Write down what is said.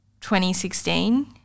2016